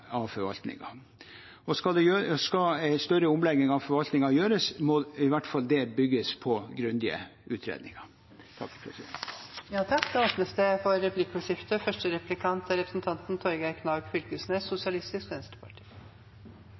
av forvaltningen. Og skal det gjøres en større omlegging av forvaltningen, må den i hvert fall bygge på grundige utredninger. Det blir replikkordskifte.